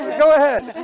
go ahead.